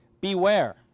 Beware